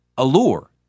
Allure